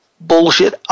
bullshit